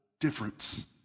difference